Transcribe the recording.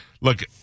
Look